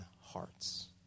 hearts